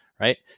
right